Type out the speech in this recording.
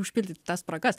užpildyt tas spragas